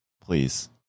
Please